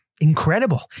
incredible